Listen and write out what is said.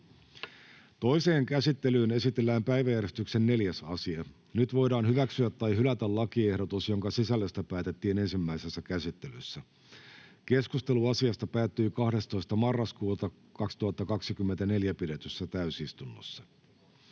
Toiseen käsittelyyn esitellään päiväjärjestyksen 2. asia. Nyt voidaan hyväksyä tai hylätä lakiehdotus, jonka sisällöstä päätettiin ensimmäisessä käsittelyssä. Keskustelu asiasta päättyi 12.11.2024 pidetyssä täysistunnossa.